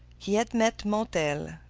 he had met montel,